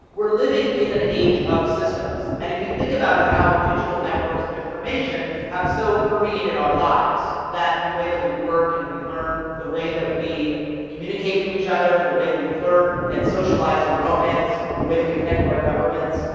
we are living in an age of systems, and if you think about how digital networks of information have so permeated our lives that the way that we work and we learn, the way that we communicate to each other, the way that we flirt and socialise and romance, the way that we connect to our governments,